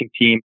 team